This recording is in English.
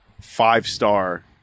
five-star